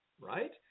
right